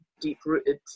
deep-rooted